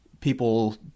people